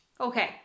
Okay